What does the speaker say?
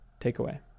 takeaway